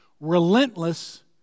Relentless